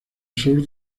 sur